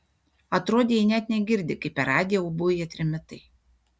atrodė ji net negirdi kaip per radiją ūbauja trimitai